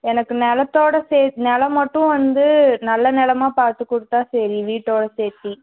எனக்கு நிலத்தோட சேர்த்து நிலம் மட்டும் வந்து நல்ல நிலமா பார்த்து கொடுத்தா சரி வீட்டோடு சேர்த்தி